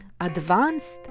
advanced